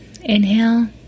Inhale